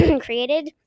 created